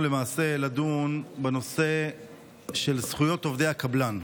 למעשה לדון בנושא של זכויות עובדי הקבלן.